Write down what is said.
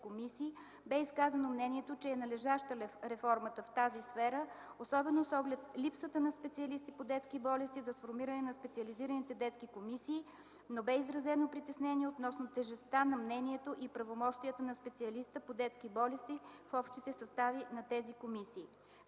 комисии бе изказано мнението, че е належаща реформа в тази сфера, особено с оглед липсата на специалисти по детски болести за сформиране на специализираните детски комисии, но бе изразено притеснение относно тежестта на мнението и правомощията на специалиста по детски болести в общите състави на тези комисии.